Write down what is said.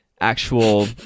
actual